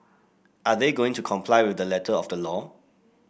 are they going to comply with the letter of the law